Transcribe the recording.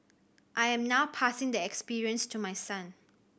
I am now passing the experience to my son